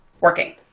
working